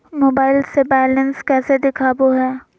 Mobile से balance कैसे देखाबो है?